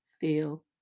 feel